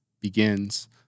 begins